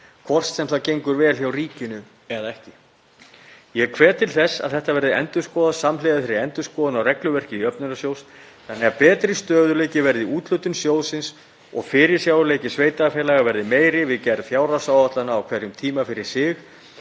hvort sem vel gengur hjá ríkinu eða ekki. Ég hvet til þess að þetta verði endurskoðað samhliða endurskoðun á regluverki jöfnunarsjóðs þannig að betri stöðugleiki verði í úthlutun sjóðsins og fyrirsjáanleiki sveitarfélaga verði meiri við gerð fjárhagsáætlana á hverjum tíma fyrir sig